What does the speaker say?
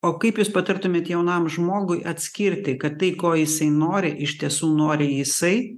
o kaip jūs patartumėt jaunam žmogui atskirti kad tai ko jisai nori iš tiesų nori jisai